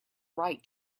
write